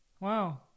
Wow